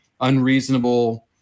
unreasonable